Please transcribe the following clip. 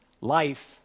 life